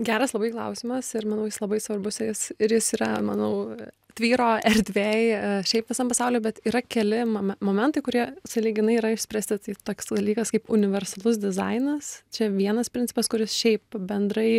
geras labai klausimas ir manau jis labai svarbus ir js ir jis yra manau tvyro erdvėj šiaip visam pasauliui bet yra keli mom momentai kurie sąlyginai yra išspręsti tai toks dalykas kaip universalus dizainas čia vienas principas kuris šiaip bendrai